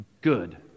good